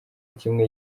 kimwe